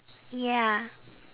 ya